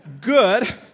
good